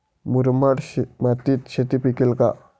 मुरमाड मातीत शेती पिकेल का?